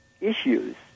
issues